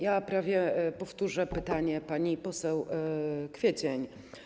Ja prawie powtórzę pytanie pani poseł Kwiecień.